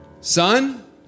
Son